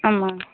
ஆமாம்